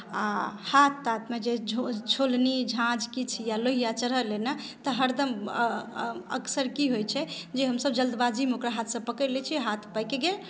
आ हाथ ताथ नहि जड़ि छोलनी झाँझ किछु या लोहिया चढ़ल अइ ने तऽ हरदम अक्सर की होइत छै जे हमसभ जल्दबाजीमे ओकरा हाथसँ पकड़ि लैत छियै हाथ पाकि गेल